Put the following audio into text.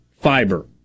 fiber